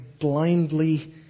blindly